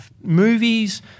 movies